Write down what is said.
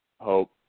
hope